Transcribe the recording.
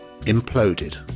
imploded